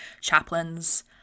chaplains